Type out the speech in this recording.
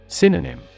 Synonym